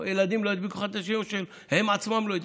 ושילדים לא ידביקו אחד את השני או שהן עצמן לא יידבקו.